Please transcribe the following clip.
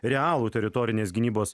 realų teritorinės gynybos